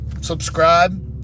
subscribe